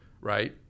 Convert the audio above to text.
right